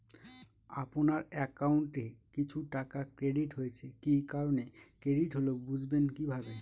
আপনার অ্যাকাউন্ট এ কিছু টাকা ক্রেডিট হয়েছে কি কারণে ক্রেডিট হল বুঝবেন কিভাবে?